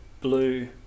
blue